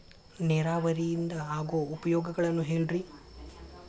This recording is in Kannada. ನೇರಾವರಿಯಿಂದ ಆಗೋ ಉಪಯೋಗಗಳನ್ನು ಹೇಳ್ರಿ